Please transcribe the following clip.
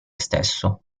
stesso